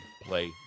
play